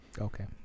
Okay